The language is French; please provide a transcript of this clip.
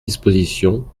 disposition